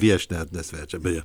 viešnią ne svečią beje